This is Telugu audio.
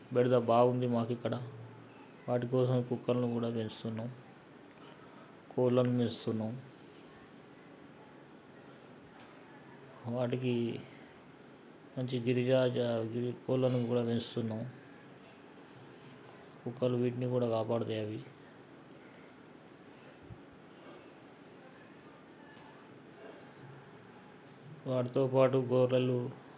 బెడద బాగుంది మాకు ఇక్కడ వాటికోసం కుక్కలని కూడా పెంచుతున్నాము కోళ్ళను పెంచుతున్నాము వాటికి గిరిరాజా కోళ్ళలు కూడా పెంచుతున్నాము కుక్కలు వీటిని కూడా కాపాడుతాయి అవి వాటితోపాటు గొర్రెలు